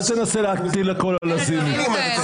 אל תנסה להטיל הכול על לזימי.